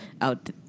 out